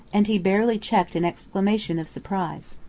and he barely checked an exclamation of surprise.